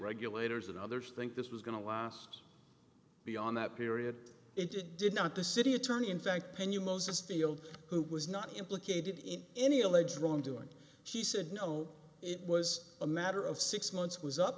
regulators and others think this was going to last beyond that period into did not the city attorney in fact penn you moses field who was not implicated in any alleged wrongdoing she said no it was a matter of six months